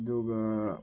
ꯑꯗꯨꯒ